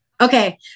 Okay